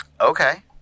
Okay